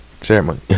ceremony